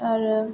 आरो